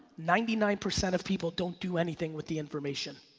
ninety nine percent of people don't do anything with the information.